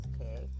okay